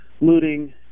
looting